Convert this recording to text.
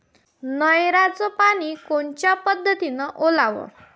नयराचं पानी कोनच्या पद्धतीनं ओलाव?